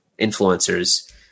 influencers